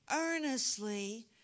earnestly